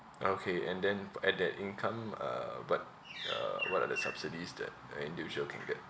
okay and then f~ at that income uh but uh what are the subsidies that a individual can get